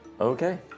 Okay